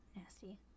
nasty